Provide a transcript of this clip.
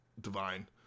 Divine